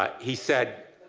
he said,